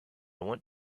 want